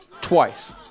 Twice